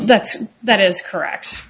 that's that is correct